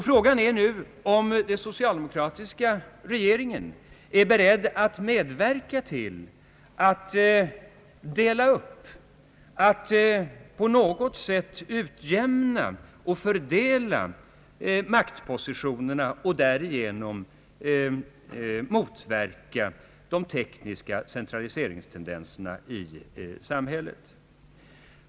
Frågan är nu om den socialdemokratiska regeringen är beredd att medverka till att på något sätt utjämna och fördela maktpositionerna och därigenom motverka de tekniska centraliseringstendenserna i samhället.